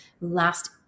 last